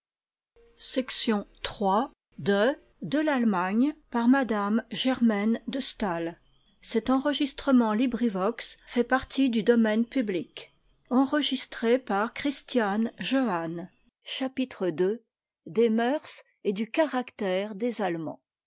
et du caractère des